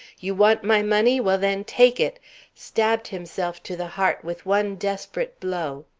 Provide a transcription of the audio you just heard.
you want my money? well, then, take it stabbed himself to the heart with one desperate blow.